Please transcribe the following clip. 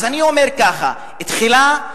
אז אני אומר ככה: תחילה,